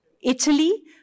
Italy